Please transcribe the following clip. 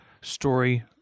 story